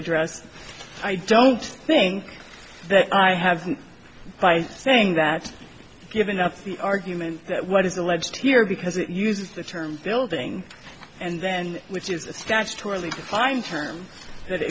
address i don't think that i have by saying that given up the argument that what is alleged here because it uses the term building and then which is a statutory defined term that